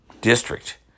district